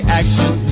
action